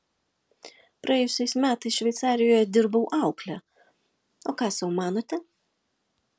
praėjusiais metais šveicarijoje dirbau aukle o ką sau manote